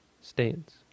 states